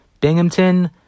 Binghamton